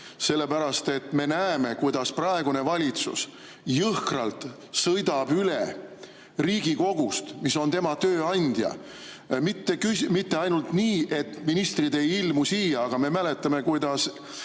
Sellepärast, et me näeme, kuidas praegune valitsus jõhkralt sõidab üle Riigikogust, kes on tema tööandja, mitte ainult nii, et ministrid ei ilmu siia, vaid me mäletame ka